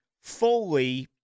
fully